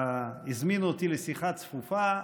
הזמינו אותי לשיחה צפופה.